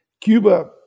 Cuba